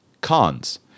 Cons